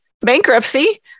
bankruptcy